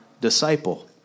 disciple